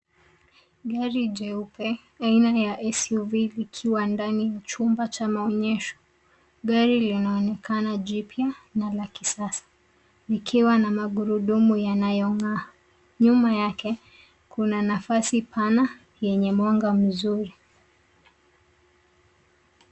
Gari jeupe, aina ya SUV likiwa ndani ya chumba cha maonyesho. Gari linaonekana jipya na la kisasa. Likiwa na magurudumu yanayong'aa. Nyuma yake kuna nafasi pana yenye mwanga mzuri.